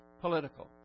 political